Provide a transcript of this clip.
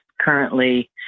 currently